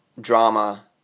drama